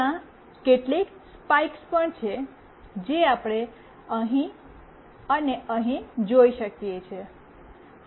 ત્યાં કેટલીક સ્પાઇક્સ પણ છે જે આપણે અહીં અને અહીં જોઈ શકીએ છીએ